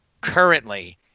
currently